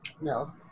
No